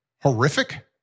horrific